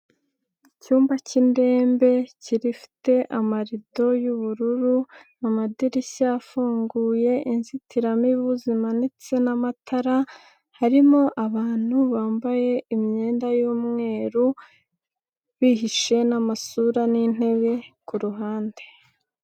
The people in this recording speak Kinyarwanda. Icyumba k'indembe kirifite amaldo y'ubururu amadirishya afunguye, inzitiramibu zimanitse n'amatara harimo abantu bambaye imyenda y'umweru, bihishe n'amasura n'intebe ku ruhande.